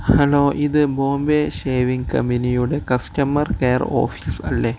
hello ഇത് Bombay shaving കമ്പനിയുടെ customer care office അല്ലേ